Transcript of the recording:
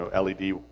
LED